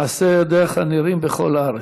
מעשי ידיך נראים בכל הארץ.